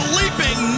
leaping